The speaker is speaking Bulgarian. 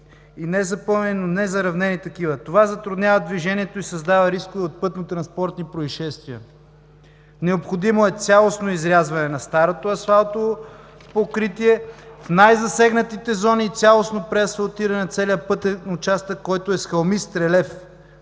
и незапълнени, но незаравнени такива. Това затруднява движението и създава рискове от пътнотранспортни произшествия. Необходимо е цялостно изрязване на старото асфалтово покритие в най-засегнатите зони и цялостно преасфалтиране на целия пътен участък, който е с хълмист релеф.